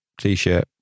t-shirt